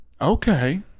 Okay